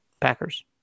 Packers